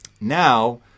Now